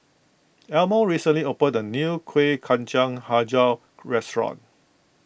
Elmo recently opened the new Kuih Kacang HiJau restaurant